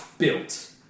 built